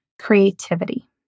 creativity